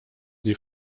die